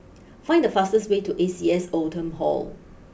find the fastest way to A C S Oldham Hall